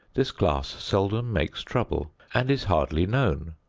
this class seldom makes trouble and is hardly known.